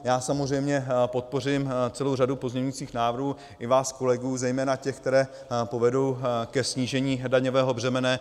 Já samozřejmě podpořím celou řadu pozměňujících návrhů i vás kolegů, zejména těch, které povedou ke snížení daňového břemene.